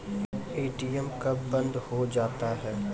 ATM कब बंद हो जाता हैं?